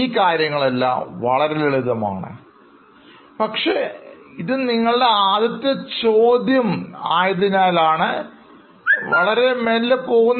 ഈ കാര്യങ്ങളെല്ലാം വളരെ ലളിതമാണ് പക്ഷേ ഇത് നിങ്ങളുടെ ആദ്യത്തെ ചോദ്യം ആയതിനാലാണ് പതിയെ പോകുന്നത്